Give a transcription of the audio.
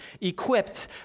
equipped